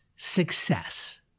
success